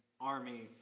army